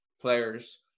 players